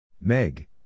Meg